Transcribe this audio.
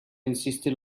insisted